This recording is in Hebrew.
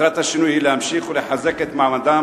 מטרת השינוי היא להמשיך ולחזק את מעמדן